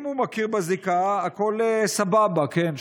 אם הוא מכיר בזיקה הכול סבבה, כן?